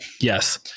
yes